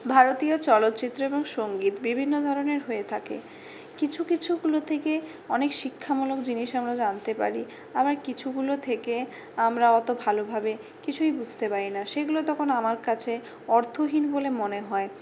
ভারতীয় চলচ্চিত্র এবং সঙ্গীত বিভিন্ন ধরনের হয়ে থাকে কিছু কিছুগুলো থেকে অনেক শিক্ষামূলক জিনিস আমরা জানতে পারি আবার কিছুগুলো থেকে আমরা অতো ভালোভাবে কিছুই বুঝতে পারিনা সেগুলো তখন আমার কাছে অর্থহীন বলে মনে হয়